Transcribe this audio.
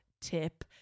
tip